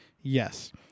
Yes